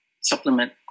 supplement